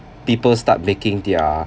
people start making their